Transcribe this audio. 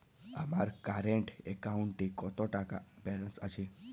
আমার কারেন্ট অ্যাকাউন্টে কত টাকা ব্যালেন্স আছে?